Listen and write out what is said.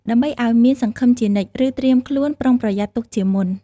ដើម្បីឲ្យមានសង្ឃឹមជានិច្ច ឬត្រៀមខ្លួនប្រុងប្រយ័ត្នទុកជាមុន។